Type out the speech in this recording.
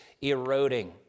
eroding